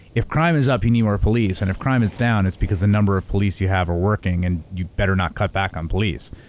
if crime is up, you need more police, and if crime is down, it's because the number of police you have are working and you better not cut back on police.